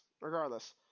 regardless